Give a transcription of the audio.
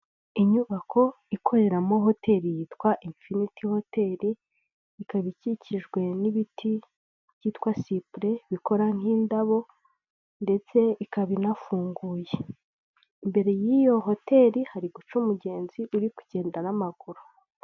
Inyubako ikoreramo hoteli yitwa imfiniti hoteli, ikaba ikikijwe n'ibiti byitwa sipure, bikora nk'indabo, ndetse ikaba inafunguye. Imbere y'iyo hoteli hari guca umugenzi uri kugenda n'amaguru.